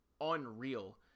unreal